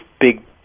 big